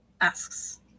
asks